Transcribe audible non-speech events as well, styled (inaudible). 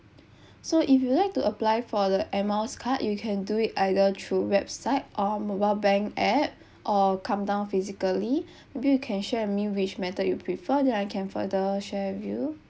(breath) so if you would like to apply for the Air Miles card you can do it either through website our mobile bank app (breath) or come down physically (breath) maybe you can share with me which method you prefer then I can further share with you